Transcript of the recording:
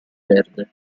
verde